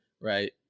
Right